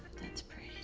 that's pretty.